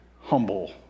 humble